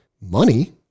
money